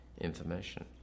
information